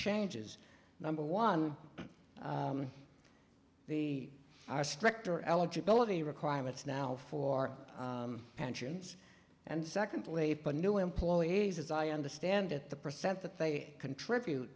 changes number one the are stricter eligibility requirements now for pensions and secondly new employees as i understand it the percent that they contribute